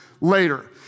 later